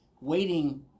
waiting